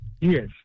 Yes